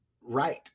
right